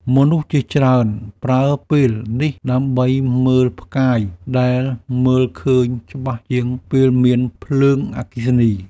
មនុស្សជាច្រើនប្រើពេលនេះដើម្បីមើលផ្កាយ ដែលមើលឃើញច្បាស់ជាងពេលមានភ្លើងអគ្គិសនី។